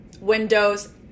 windows